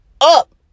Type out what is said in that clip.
up